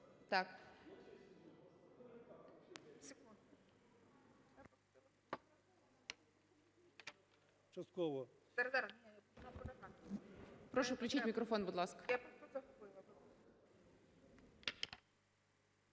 Так. Прошу, включіть мікрофон, будь ласка.